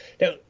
Now